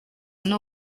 n’u